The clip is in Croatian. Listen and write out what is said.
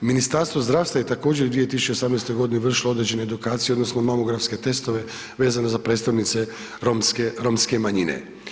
Ministarstvo zdravstva je također 2018. g. vršilo određene edukacije odnosno mamografske testove vezano za predstavnice romske manjine.